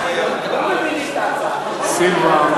סילבן,